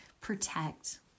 protect